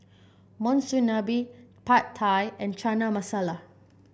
Monsunabe Pad Thai and Chana Masala